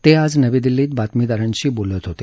ते आज नवी दिल्लीत बातमीदारांशी बोलत होते